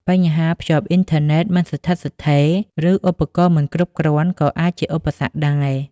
បញ្ហាភ្ជាប់អ៊ីនធឺណិតមិនស្ថិតស្ថេរ ឬឧបករណ៍មិនគ្រប់គ្រាន់ ក៏អាចជាឧបសគ្គដែរ។